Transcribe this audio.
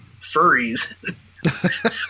furries